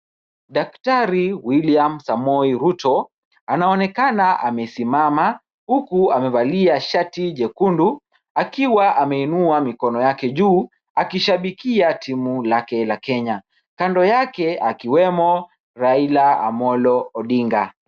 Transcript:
Daktari, William Samoe Ruto anaonekana amesimama huku amevalia shati jekundu akiwa ameinua mikono yake juu akishabikia timu yake ya kenya. Kando yake akiwemo Raila Amolo Odinga.